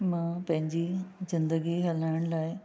मां पंहिंजी ज़िंदगी हलाइण लाइ